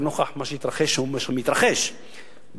לנוכח מה שהתרחש ומה שמתרחש ביפן,